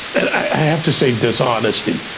and i have to say dishonesty.